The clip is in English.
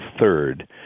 third